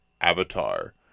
Avatar